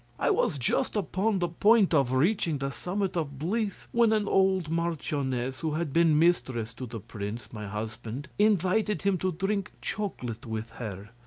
i was just upon the point of reaching the summit of bliss, when an old marchioness who had been mistress to the prince, my husband, invited him to drink chocolate with her.